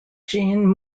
jean